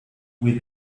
with